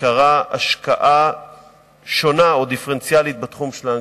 שעיקרה השקעה שונה או דיפרנציאלית בתחום של האנגלית,